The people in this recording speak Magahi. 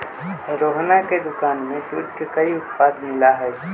रोहना के दुकान में दूध के कई उत्पाद मिला हई